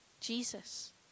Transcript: Jesus